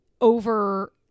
over